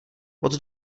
moc